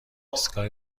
ایستگاه